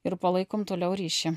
ir palaikom toliau ryšį